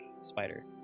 spider